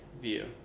view